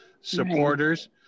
supporters